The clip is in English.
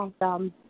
Awesome